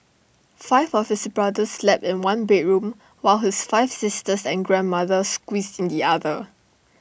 five of his brothers slept in one bedroom while his five sisters and grandmother squeezed in the other